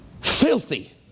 Filthy